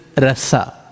rasa